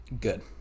Good